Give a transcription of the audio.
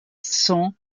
cents